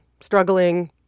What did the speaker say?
struggling